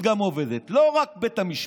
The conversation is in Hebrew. גם הפרקליטות עובדת, לא רק בית המשפט,